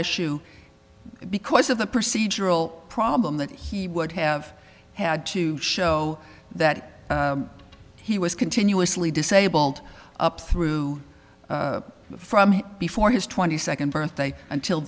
issue because of the procedural problem that he would have had to show that he was continuously disabled up through from before his twenty second birthday until